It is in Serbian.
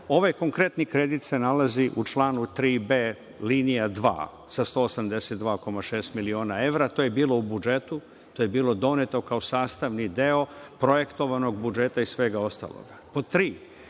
ovaj konkretni kredit se nalazi u članu 3b linija 2 sa 182,6 miliona evra, to je bilo u budžetu, to je bilo doneto kao sastavni deo projektovanog budžeta i svega ostaloga. Pod